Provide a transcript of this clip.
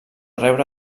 rebre